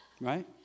Right